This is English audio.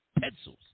pencils